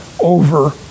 over